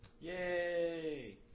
Yay